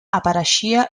apareixia